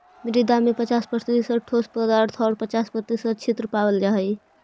मृदा में पच्चास प्रतिशत ठोस पदार्थ आउ पच्चास प्रतिशत छिद्र पावल जा हइ